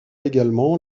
également